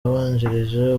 wabanjirije